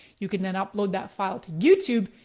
you can then upload that file to youtube,